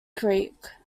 creek